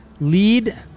lead